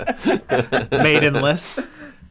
Maidenless